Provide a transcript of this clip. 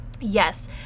yes